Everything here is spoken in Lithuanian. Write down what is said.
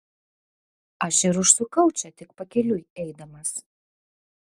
aš ir užsukau čia tik pakeliui eidamas